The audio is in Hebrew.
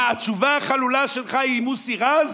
מה, התשובה החלולה שלך היא "מוסי רז"?